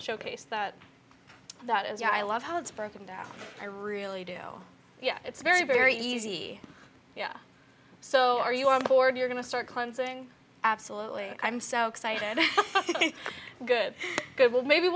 showcase that that is yeah i love how it's broken down i really do yeah it's very very easy yeah so are you on board you're going to start cleansing absolutely i'm so excited that good good will maybe